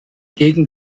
gegen